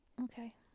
Okay